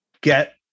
get